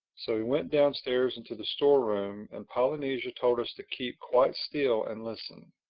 so we went downstairs into the store-room and polynesia told us to keep quite still and listen.